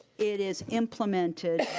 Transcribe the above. it is implemented